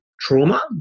trauma